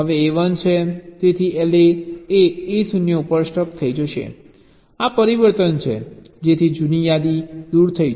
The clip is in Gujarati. હવે A 1 છે તેથી LA એ A 0 ઉપર સ્ટક થઈ જશે આ પરિવર્તન છે જેથી જૂની યાદી દૂર થઈ જાય